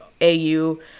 au